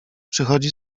przychodzi